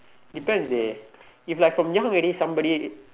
depends dey if like from young already somebody